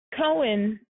Cohen